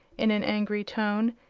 in an angry tone,